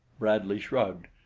bradley shrugged.